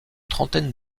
trentaine